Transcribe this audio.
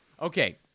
Okay